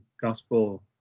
gospel